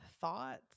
thoughts